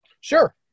Sure